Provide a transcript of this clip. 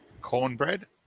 Cornbread